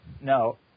No